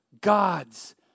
God's